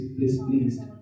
displeased